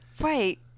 Right